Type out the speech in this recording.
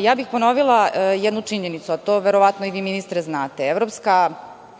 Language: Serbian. ja bih ponovila jednu činjenicu, a to verovatno i vi ministre znate, Evropska